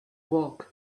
walked